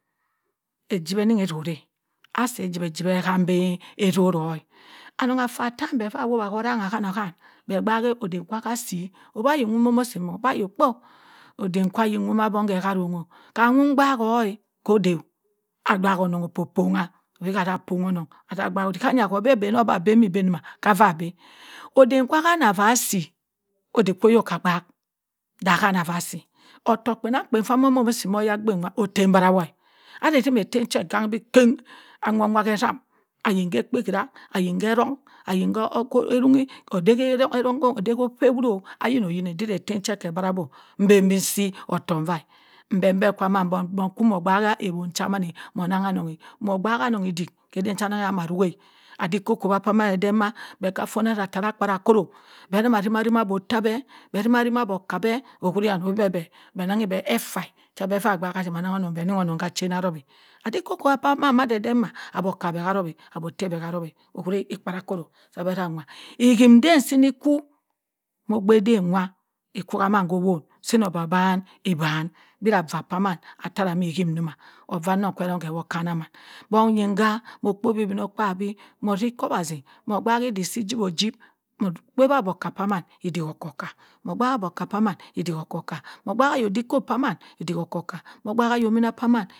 Ejiwah enenghe etore asi ejiwah ejiwah ehambi etoro anung affa etan beh fah awowa koh orangha ohan ohan beh gbaak odewa hah asi obah ayi nwa mah asi mbong ho ayok kpo udim kwa ayi nwa beh hah arong kanwo mgbaak oh ko- ode agbaak onungho beh atah ponho oneng atah agbaak udik kanya beh boh abenbi ibinya hafah abeh ode kwa anah fah asi odik kwo oyok kah agbaak dah hahafa asi otokk kpenang kpen fah amomi nsi mma oyagbin nwa etem bura ane atumeh etem cho ekangha kangha bo kem anwo nwa heh esam ayinkeh ekpakara ayinkeh erong ayinkeh eronghu odey heh erongho odey epi eronghu ayino oyin chiren etem cho keh bura beh mbenbin nsi otokk nva mbembe kwamo omo keu meh ogbaak ha ewon cha amane onangha onenghe moh ogbaak aneng idik keh eden cha meh ana roghe adi kokop mba atam edem ma beh fona na kangha akpara akoro beh tima arimah boh oteh beh beh tima arima boh oka beh owuriyan mme beh beh enenghi beh effa cha gbaak oneng onung beh onung ka achena arewi adikokop pah ma- ma adenden mma oboh oka harep eh aboh ote beh narep eh uhiri ekpara koro harep eh uhiri ekpara koro pah beh na anwa hinden si- ni kwu moh ogbe ihem nwa ekwu haman hoh ofon obino obaban keh eban mbera avah pah mann etera mo ihim man ovar nun heh orong keh okanimana kpon yinga moh okpowo obinokpabi moh ofo ekowase mogbaak idik si ijiwr usip moh kpewa aboka pammana idik oko kka moh gbaak boh oka pah maan idik oko kah moh gbaak ayok dikop pah man idik oko- kka moh ogbaak oyimini pah man udik oko- kka.